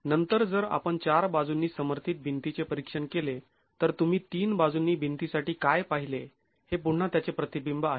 नंतर जर आपण चार बाजूंनी समर्थीत भिंतीचे परीक्षण केले तर तुम्ही तीन बाजूंनी भिंतीसाठी काय पाहिले हे पुन्हा त्याचे प्रतिबिंब आहे